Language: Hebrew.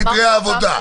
של הנתונים,